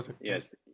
yes